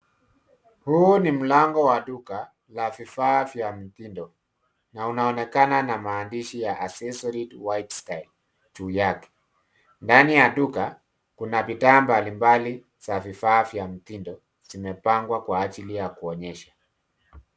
Huu ni mlango wa duka la vifaa vya mitindo na unaonekana na maandishi ya Accessorize with Style juu yake. Ndani ya duka kuna bidhaa mbalimbali za vifaa vya mtindo zimepangwa kwa ajili ya kuonyesha.